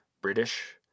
British